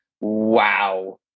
Wow